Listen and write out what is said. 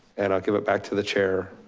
and i'll give it back to the chair.